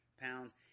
pounds